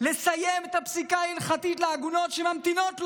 לסיים את הפסיקה ההלכתית לעגונות שממתינות לו.